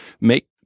make